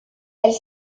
elle